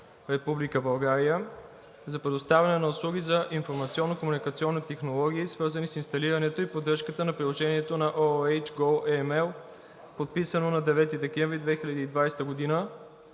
за предоставяне на услуги за информационно-комуникационни технологии, свързани с инсталирането и поддръжката на приложението на ООН goAML, подписано на 9 декември 2020 г.